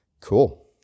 cool